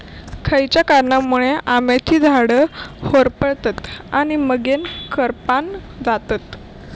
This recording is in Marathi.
खयच्या कारणांमुळे आम्याची झाडा होरपळतत आणि मगेन करपान जातत?